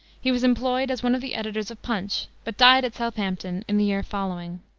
he was employed as one of the editors of punch, but died at southampton in the year following.